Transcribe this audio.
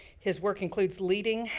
his work includes leading.